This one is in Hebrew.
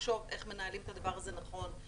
לחשוב איך מנהלים את הדבר הזה נכון.